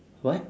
what